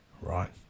right